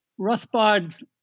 Rothbard